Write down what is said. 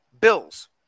Bills